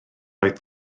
oedd